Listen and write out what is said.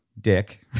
dick